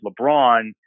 LeBron